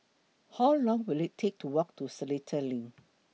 How Long Will IT Take to Walk to Seletar LINK